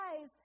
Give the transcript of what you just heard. eyes